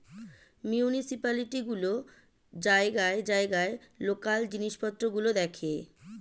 municipality গুলো জায়গায় জায়গায় লোকাল জিনিসপত্র গুলো দেখে